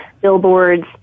Billboards